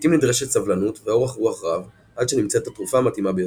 לעיתים נדרשת סבלנות ואורך רוח רב עד שנמצאת התרופה המתאימה ביותר.